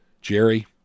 Jerry